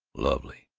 lovely!